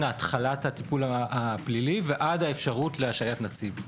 תחילת הטיפול הפלילי עד האפשרות להשעיית נציב.